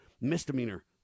misdemeanor